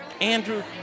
Andrew